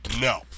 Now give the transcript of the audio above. No